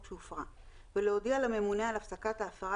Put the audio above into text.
שהופרה ולהודיע לממונה על הפסקת ההפרה,